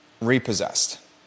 Repossessed